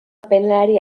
penalari